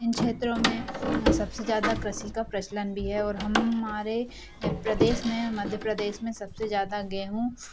इन क्षेत्रों में सबसे ज़्यादा कृषि का प्रचलन भी है और हमारे प्रदेश में और मध्य प्रदेश में सबसे ज़्यादा गेहूँ